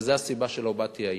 וזו הסיבה שלא באתי היום,